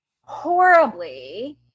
horribly